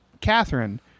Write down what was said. Catherine